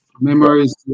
memories